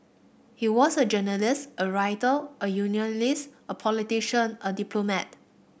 he was a journalist a writer a unionist a politician a diplomat